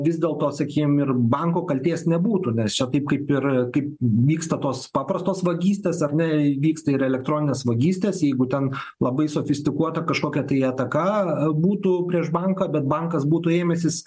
vis dėlto sakykim ir banko kaltės nebūtų nes čia taip kaip ir kaip vyksta tos paprastos vagystės ar ne įvyksta ir elektroninės vagystės jeigu ten labai sofistikuota kažkokia tai ataka būtų prieš banką bet bankas būtų ėmęsis